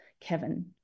Kevin